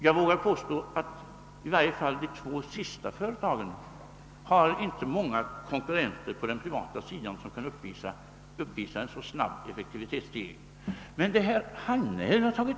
Jag vågar påstå att i varje fall de två sistnämnda företagen inte har många konkurrenter på den privata si dan som kan uppvisa en lika snabb effektivitetsstegring.